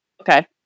Okay